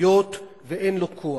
סמכויות ואין לו כוח.